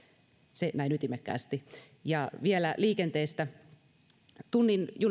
se näin ytimekkäästi vielä liikenteestä tunnin junat